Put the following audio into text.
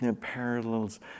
parallels